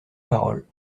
parole